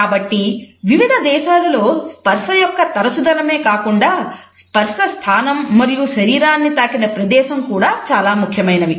కాబట్టి వివిధ దేశాలలో స్పర్శ యొక్క తరచుదనమే కాకుండా స్పర్శ స్థానం మరియు శరీరాన్ని తాకిన ప్రదేశం కూడా చాలా ముఖ్యమైనవి